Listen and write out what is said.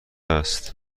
است